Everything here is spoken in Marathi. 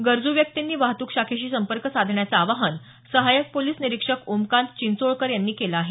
गरजू व्यक्तींनी वाहतूक शाखेशी संपर्क साधण्याचं आवाहन सहायक पोलिस निरिक्षक ओमकांत चिंचोळकर यांनी केलं आहे